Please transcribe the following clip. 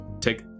take-